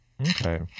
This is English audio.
okay